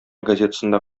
газетасында